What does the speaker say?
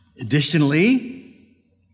Additionally